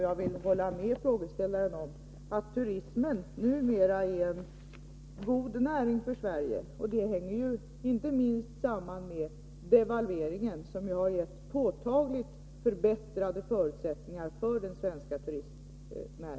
Jag vill hålla med frågeställaren om att turismen numera är en god näring för Sverige, och det hänger inte minst samman med devalveringen, som givit den svenska turistnäringen påtagligt förbättrade förutsättningar.